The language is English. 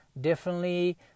differently